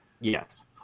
Yes